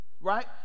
Right